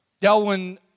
Darwin